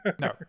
No